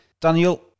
Daniel